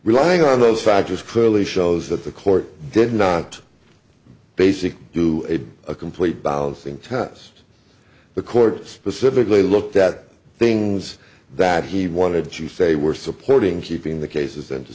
relying on those factors clearly shows that the court did not basically do a complete balancing ties the court specifically looked at things that he wanted to say were supporting keeping the cases